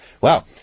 Wow